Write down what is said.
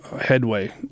headway